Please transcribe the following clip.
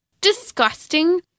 disgusting